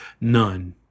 None